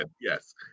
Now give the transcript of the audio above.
yes